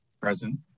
Present